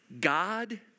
God